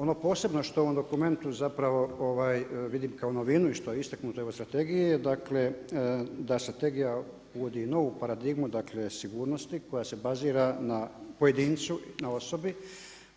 Ono posebno što u ovom dokumentnu zapravo vidim kao novinu i što je istaknuto u strategiji je dakle da strategija uvodi novu paradigmu dakle sigurnosti koja se bazira na pojedincu, na osobi,